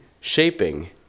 shaping